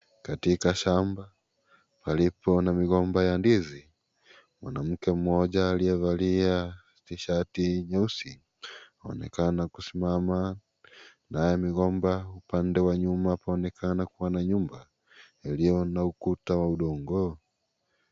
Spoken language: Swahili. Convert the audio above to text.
Katika shamba. Palipo na migomba ya ndizi. Mwanamke mmoja aliyevalia tishati nyeusi. Aonekana kusimama. Nayo migomba upande wa nyuma kuonekana kuwa na nyumba, iliyo na ukuta wa udongo.